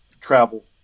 travel